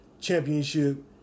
championship